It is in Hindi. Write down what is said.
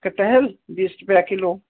कटहल बीस रुपया किलो